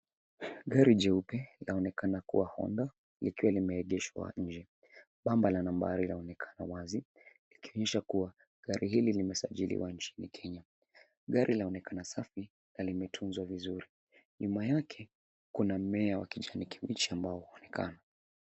Gari jeupe inaonekana kuwa Honda ikiwa imeegeshwa nje. Bamba la nambari linaonekana wazi likionyesha kuwa gari hili limesajiliwa nchini Kenya. Gari laonekana safi na limetuzwa vizuri nyuma yake kuna mmea wa kijani kibichi ambao unaonekana.